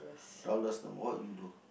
dollars tomorrow what would you do